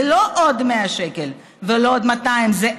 זה לא עוד 100 שקל ולא עוד 200 שקל,